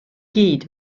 gyd